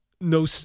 no